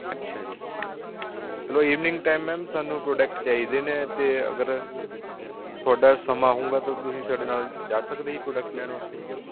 ਅੱਛਾ ਜੀ ਚਲੋ ਈਵਨਿੰਗ ਟਾਈਮ ਮੈਮ ਸਾਨੂੰ ਪ੍ਰੋਡਕਟ ਚਾਹੀਦੇ ਨੇ ਅਤੇ ਅਗਰ ਤੁਹਾਡਾ ਸਮਾਂ ਹੋਵੇਗਾ ਤਾਂ ਤੁਸੀਂ ਸਾਡੇ ਨਾਲ ਜਾ ਸਕਦੇ ਜੀ ਪ੍ਰੋਡਕਟ ਲੈਣ ਵਾਸਤੇ